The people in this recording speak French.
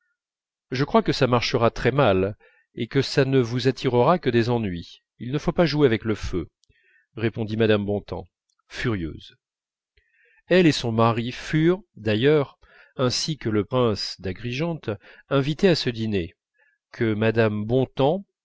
je crois que ça marchera très mal et que ça ne vous attirera que des ennuis il ne faut pas jouer avec le feu répondit mme bontemps furieuse elle et son mari furent d'ailleurs ainsi que le prince d'agrigente invités à ce dîner que mme bontemps